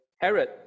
Herod